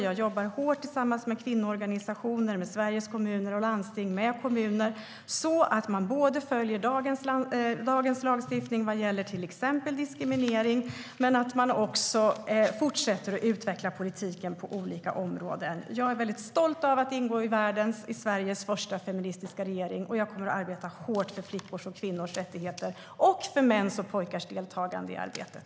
Jag jobbar hårt tillsammans med kvinnoorganisationer, med Sveriges Kommuner och Landsting och med kommuner så att man både följer dagens lagstiftning vad gäller till exempel diskriminering och fortsätter att utveckla politiken på olika områden. Jag är stolt över att ingå i Sveriges första feministiska regering, och jag kommer att arbeta hårt för flickors och kvinnors rättigheter och för mäns och pojkars deltagande i arbetet.